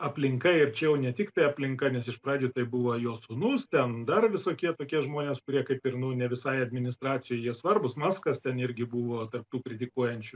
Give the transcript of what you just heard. aplinka ir čia jau ne tiktai aplinka nes iš pradžių tai buvo jo sūnus ten dar visokie tokie žmonės kurie kaip ir nu ne visai administracijai jie svarbūs maskas ten irgi buvo tarp tų kritikuojančių